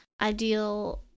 ideal